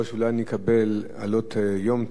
אולי אני אקבל עלות יום-טוב,